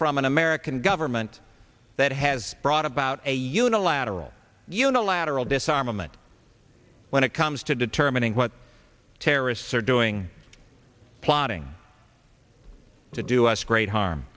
from an american government that has brought about a unilateral unilateral disarmament when it comes to determining what terrorists are doing plotting to do us great harm